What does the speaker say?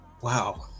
Wow